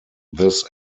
this